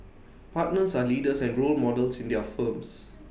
partners are leaders and role models in their firms